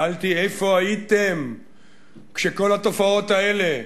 שאלתי איפה הייתם כשכל התופעות האלה,